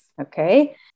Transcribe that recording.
Okay